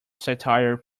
satire